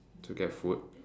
to get food